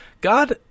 God